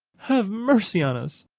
have mercy on us!